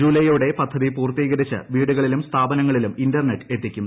ജൂലൈയോടെ പദ്ധതി പൂർത്തീകരിച്ച് വീടുകളിലും സ്ഥാപനങ്ങളിലും ഇന്റർനെറ്റ് എത്തിക്കും